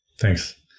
Thanks